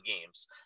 games